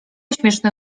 śmieszny